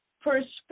Perspective